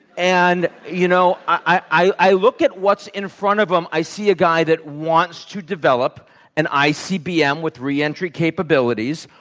and you know, i i look at what's in front of them. i see a guy that wants to develop an icbm with reentry capabilities.